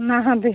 ନାହାନ୍ତି